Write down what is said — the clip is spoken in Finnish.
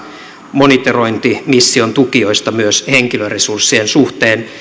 monitorointimission tukijoista myös henkilöresurssien suhteen